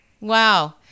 Wow